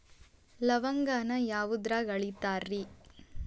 ಲವಂಗಾನ ಯಾವುದ್ರಾಗ ಅಳಿತಾರ್ ರೇ?